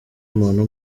umuntu